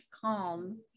calm